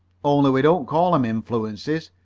only we don't call em influences.